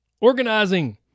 organizing